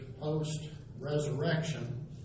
post-resurrection